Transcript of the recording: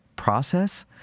process